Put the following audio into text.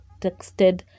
texted